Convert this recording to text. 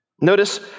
Notice